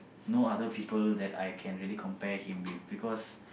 no other people that I can really compare him with because